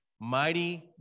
Mighty